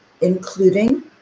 including